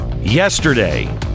Yesterday